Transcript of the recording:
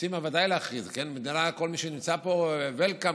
רוצים ודאי להכריז שכל מי שנמצא פהWelcome ,